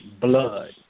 Blood